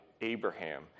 Abraham